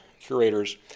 curators